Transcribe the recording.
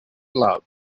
love